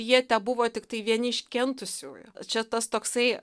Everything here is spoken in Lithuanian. jie tebuvo tiktai vieni iš kentusiųjų čia tas toksai